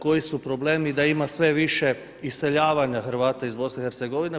Koji su problemi, da ima sve više iseljavanja Hrvata iz BiH-a?